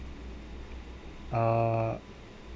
uh